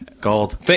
Gold